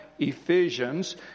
Ephesians